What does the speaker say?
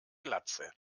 glatze